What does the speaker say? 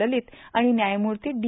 ललित आणि न्यायमूर्ती डी